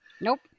Nope